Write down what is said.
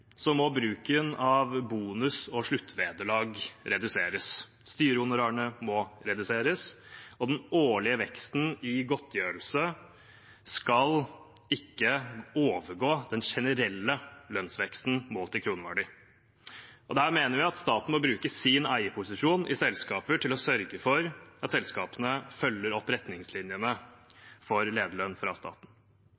må bruken av bonus og sluttvederlag reduseres. Styrehonorarene må reduseres, og den årlige veksten i godtgjørelse skal ikke overgå den generelle lønnsveksten målt i kroneverdi. Der mener vi at staten må bruke sin eierposisjon i selskaper til å sørge for at selskapene følger opp retningslinjene